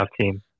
team